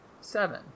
seven